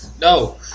No